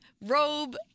robe